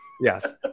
yes